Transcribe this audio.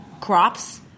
crops